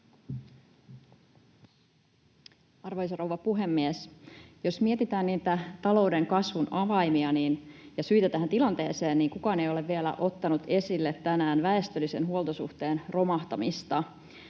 Arvoisa rouva puhemies! Jos mietitään niitä talouden kasvun avaimia ja syitä tähän tilanteeseen, niin kukaan ei ole vielä tänään ottanut esille väestöllisen huoltosuhteen romahtamista.